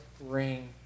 ring